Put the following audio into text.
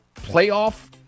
playoff